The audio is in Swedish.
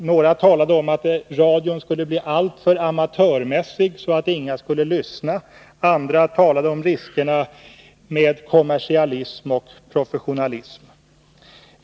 Några talade om att radion skulle bli alltför amatörmässig, så att ingen skulle lyssna på den. Andra talade om riskerna med kommersialism och professionalism.